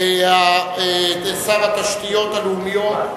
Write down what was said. שר התשתיות הלאומיות,